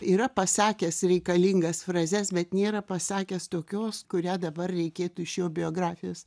yra pasakęs reikalingas frazes bet nėra pasakęs tokios kurią dabar reikėtų iš jo biografijos